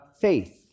faith